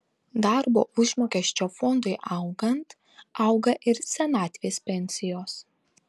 darbo užmokesčio fondui augant auga ir senatvės pensijos